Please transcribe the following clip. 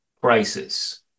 crisis